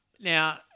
Now